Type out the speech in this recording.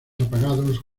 apagados